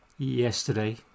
Yesterday